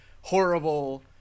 horrible